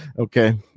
okay